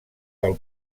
del